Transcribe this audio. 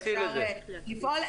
אפשר לפעול.